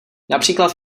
například